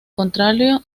contrario